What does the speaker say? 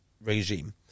regime